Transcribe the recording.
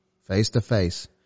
face-to-face